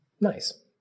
Nice